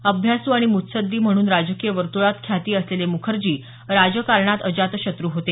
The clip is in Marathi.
अभ्यासू आणि मृत्सद्यी म्हणून राजकीय वर्तुळात ख्याती असलेले मुखर्जी राजकारणात अजातशत्र् होते